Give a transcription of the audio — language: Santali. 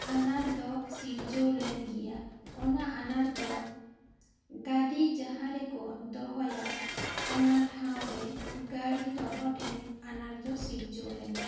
ᱟᱱᱟᱴ ᱫᱚ ᱥᱤᱨᱡᱟᱹᱣ ᱞᱮᱱ ᱜᱮᱭᱟ ᱚᱱᱟ ᱟᱱᱟᱴ ᱫᱚ ᱜᱟᱹᱰᱤ ᱡᱟᱦᱟᱸ ᱨᱮᱠᱚ ᱫᱚᱦᱚᱭᱟ ᱚᱱᱟ ᱴᱷᱟᱣ ᱨᱮ ᱜᱟᱹᱲᱤ ᱫᱚᱦᱚ ᱴᱷᱮᱱ ᱟᱱᱟᱴ ᱫᱚ ᱥᱤᱨᱡᱟᱹᱣ ᱞᱮᱱᱟ